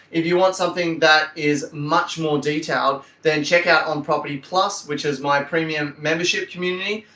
if you want something that is much more detailed, then check out on property plus, which is my premium membership community.